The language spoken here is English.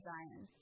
Zion